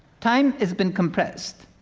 time has been compressed.